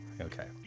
Okay